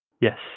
Yes